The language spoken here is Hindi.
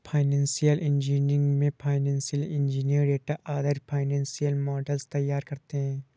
फाइनेंशियल इंजीनियरिंग में फाइनेंशियल इंजीनियर डेटा आधारित फाइनेंशियल मॉडल्स तैयार करते है